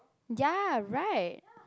ya right